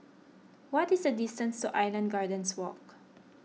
what is the distance Island Gardens Walk